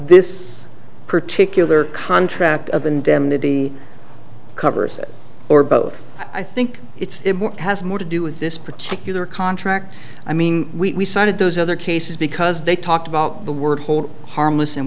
this particular contract of indemnity covers it or both i think it's has more to do with this particular contract i mean we cited those other cases because they talked about the word hold harmless and